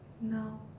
no